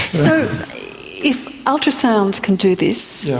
so if ultrasound can do this,